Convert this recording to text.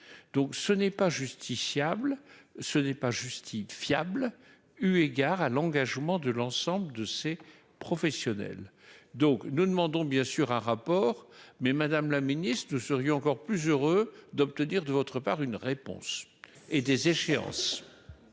donc ce n'est pas justiciables, ce n'est pas justifiable, eu égard à l'engagement de l'ensemble de ces professionnels, donc nous demandons bien sûr un rapport mais Madame la Ministre, nous sérieux encore plus heureux d'obtenir de votre part une réponse et des échéances.